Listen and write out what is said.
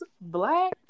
black